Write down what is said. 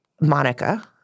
Monica